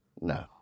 No